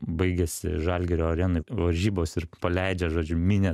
baigėsi žalgirio arenoj varžybos ir paleidžia žodžiu minią